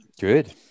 Good